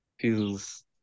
Feels